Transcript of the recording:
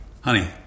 Honey